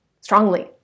strongly